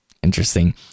interesting